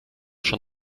schon